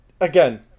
again